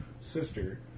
sister